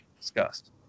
discussed